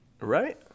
right